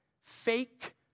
fake